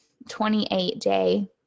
28-day